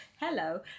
Hello